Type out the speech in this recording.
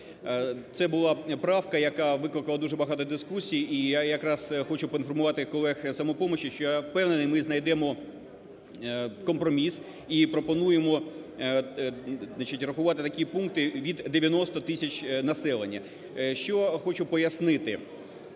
Це була правка, яка викликала дуже багато дискусій, і я якраз хочу поінформувати колег із "Самопомочі", що, я впевнений, ми знайдемо компроміс і пропонуємо, значить, рахувати такі пункти від 90 тисяч населення. Ще хочу пояснити.